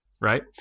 Right